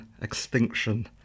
extinction